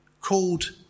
called